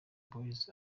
boyz